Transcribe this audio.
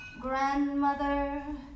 Grandmother